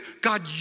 God